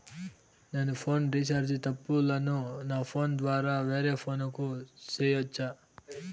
నేను phone recharge తప్పులను నా ఫోను ద్వారా వేరే ఫోను కు సేయొచ్చా?